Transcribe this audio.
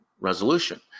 resolution